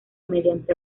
mediante